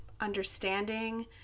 understanding